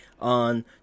on